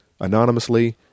anonymously